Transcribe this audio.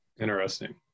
Interesting